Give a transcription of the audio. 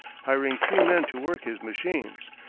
hiring three men to work his machines,